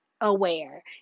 aware